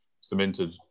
cemented